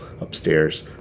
upstairs